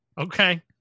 Okay